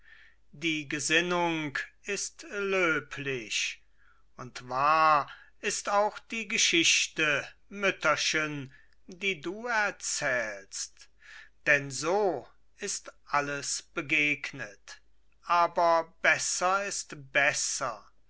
die gesinnung ist löblich und wahr ist auch die geschichte mütterchen die du erzählst denn so ist alles begegnet aber besser ist besser